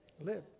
live